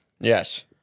Yes